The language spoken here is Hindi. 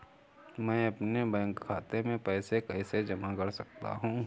मैं अपने बैंक खाते में पैसे कैसे जमा कर सकता हूँ?